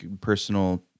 personal